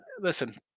Listen